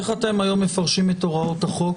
איך היום אתם מפרשים את הוראות החוק